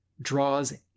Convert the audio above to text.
draws